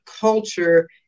culture